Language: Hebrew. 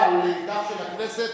אין שדולה של "שלום עכשיו" בכנסת,